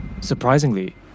Surprisingly